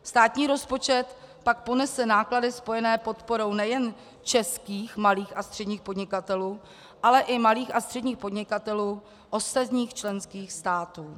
Státní rozpočet pak ponese náklady spojené s podporou nejen českých malých a středních podnikatelů, ale i malých a středních podnikatelů ostatních členských států.